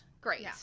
Great